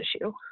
issue